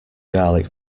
garlic